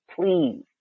please